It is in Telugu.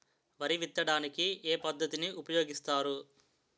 వరి విత్తడానికి ఏ పద్ధతిని ఉపయోగిస్తారు?